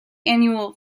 annual